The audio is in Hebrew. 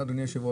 בחניון